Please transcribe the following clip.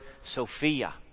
Sophia